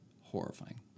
horrifying